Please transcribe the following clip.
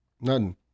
None